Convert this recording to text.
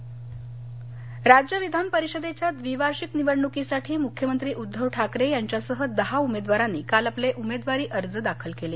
विधान परिषद राज्य विधान परिषदेच्या द्विवार्षिक निवडणुकीसाठी मुख्यमंत्री उद्धव ठाकरे यांच्यासह दहा उमेदवारांनी काल आपले उमेदवारी अर्ज दाखल केले